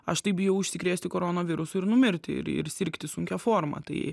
aš tai bijau užsikrėsti koronavirusu ir numirti ir ir sirgti sunkia forma tai